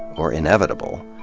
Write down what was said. or inevitable.